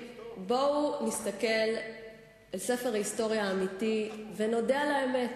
בואו נסתכל על ספר ההיסטוריה האמיתי ונודה על האמת.